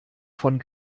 von